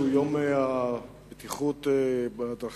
שהוא היום הלאומי לבטיחות בדרכים,